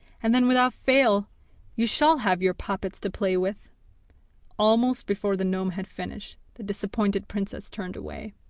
and then without fail you shall have your puppets to play with almost before the gnome had finished, the disappointed princess turned away,